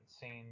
seen